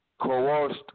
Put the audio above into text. coerced